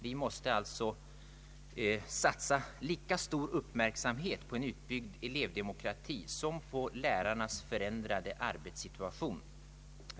Vi måste satsa lika stor uppmärksamhet på en utbyggd elevdemokrati som på åtgärder för att möta lärarnas förändrade arbetssituation.